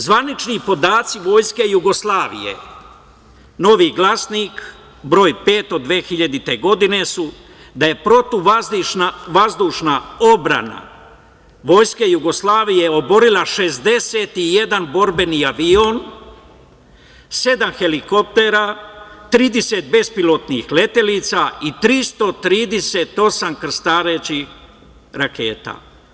Zvanični podaci vojske Jugoslavije, Novi glasnik br.5 od 2000. godine su da je protivvazdušna odbrana vojske Jugoslavije oborila 61 borbeni avion, sedam helikoptera, 30 bezpilotnih letelica i 338 krstarećih raketa.